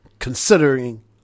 considering